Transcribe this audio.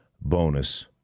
bonus